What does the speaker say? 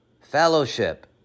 fellowship